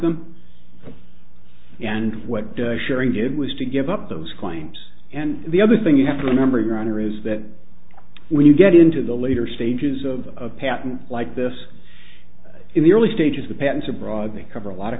them and what sharing did was to give up those claims and the other thing you have to remember your honor is that when you get into the later stages of a patent like this in the early stages with patents abroad they cover a lot of